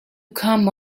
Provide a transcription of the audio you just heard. come